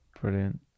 brilliant